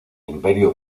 imperio